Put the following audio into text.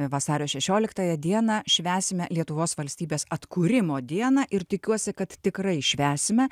vasario šešioliktąją dieną švęsime lietuvos valstybės atkūrimo dieną ir tikiuosi kad tikrai švęsime